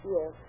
Yes